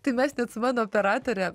tai mes net su mano operatore